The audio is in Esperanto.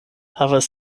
havas